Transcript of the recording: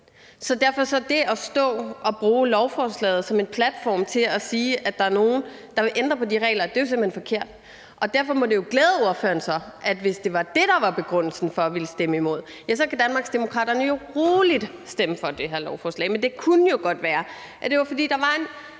her lovforslag. Så at stå og bruge lovforslaget som en platform til at sige, at der er nogle, der vil ændre på de regler, er jo simpelt hen forkert. Derfor må det jo så glæde ordføreren, at hvis det var det, der var begrundelsen for at ville stemme imod, kan Danmarksdemokraterne roligt stemme for det her lovforslag. Men det kunne jo godt være, at det var, fordi der var en